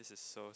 just so